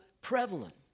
prevalent